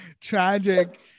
tragic